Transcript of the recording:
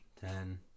Ten